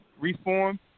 reform